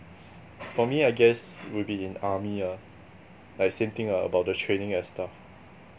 for me I guess will be in army ah like same thing ah about the training and stuff